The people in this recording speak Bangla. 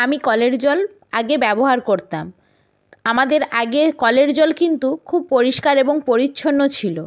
আমি কলের জল আগে ব্যবহার করতাম আমাদের আগে কিন্তু কলের জল কিন্তু খুব পরিষ্কার এবং পরিচ্ছন্ন ছিলো